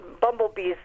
bumblebee's